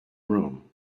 room